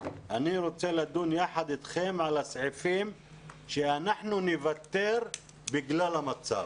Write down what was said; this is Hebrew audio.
אני רוצה לדון יחד אתכם על הסעיפים שאנחנו נוותר עליהם בגלל המצב.